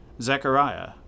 Zechariah